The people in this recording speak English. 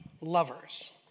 lovers